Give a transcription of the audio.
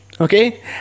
okay